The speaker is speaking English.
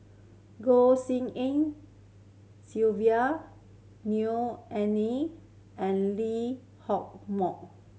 Goh Tshin En Sylvia Neo Anngee and Lee Hock Moh